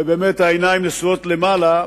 והעיניים נשואות למעלה,